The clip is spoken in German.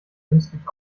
künstlich